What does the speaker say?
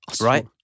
Right